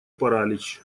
паралич